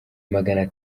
magana